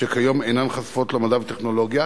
שכיום אינן חשופות למדע וטכנולוגיה".